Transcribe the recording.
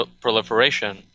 proliferation